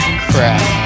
crap